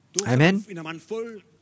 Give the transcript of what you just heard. Amen